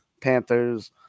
panthers